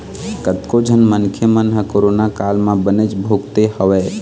कतको झन मनखे मन ह कोरोना काल म बनेच भुगते हवय